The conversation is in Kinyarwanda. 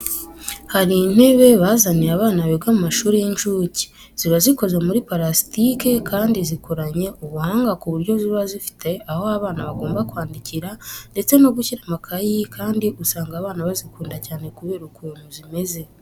Hari intebe bazaniye abana biga mu mashuri y'inshuke, ziba zikoze muri parasitike kandi zikoranye ubuhanga ku buryo ziba zifite aho abana bagomba kwandikira ndetse no gushyira amakayi kandi usanga abana bazikunda cyane kubera ukuntu zimeze.